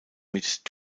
mit